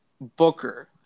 Booker